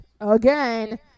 again